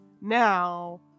now